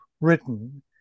written